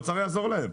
האוצר יעזור להם.